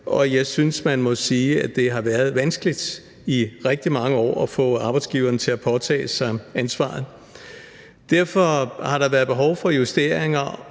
og jeg synes, man må sige, at det har været vanskeligt i rigtig mange år at få arbejdsgiverne til at påtage sig ansvaret. Derfor har der været behov for og er